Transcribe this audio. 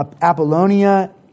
Apollonia